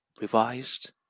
revised